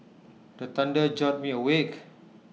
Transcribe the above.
the thunder jolt me awake